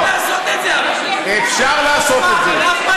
חבר הכנסת גפני, לא להתפרץ, ולא בעמידה.